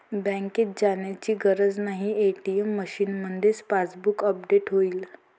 बँकेत जाण्याची गरज नाही, ए.टी.एम मशीनमध्येच पासबुक अपडेट होईल